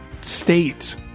state